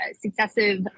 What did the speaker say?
successive